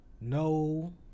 no